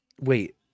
Wait